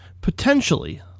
potentially